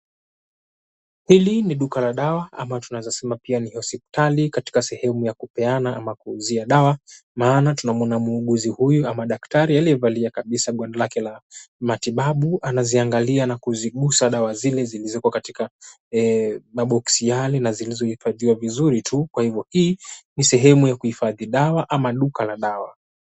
Hili ni duka la dawa ama tunaweza sema pia ni hospitali katika sehemu ya kupeana ama kuuzia dawa. Maana tunamuona muuguzi huyu ama daktari, aliyevalia kabisa gwanda lake la matibabu, anaziangalia na kuziguza dawa zile zilizoko katika maboksi yale, na zilizohifadhiwa vizuri tu. Kwa hivyo hii ni sehemu ya kuhifadhi dawa, ama duka la dawa.